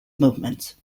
movements